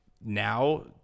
now